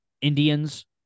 Indians